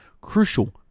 Crucial